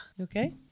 okay